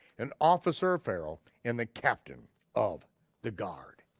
an officer pharaoh and the captain of the guard.